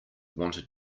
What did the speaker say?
wants